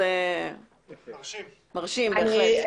זה מרשים בהחלט.